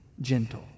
gentle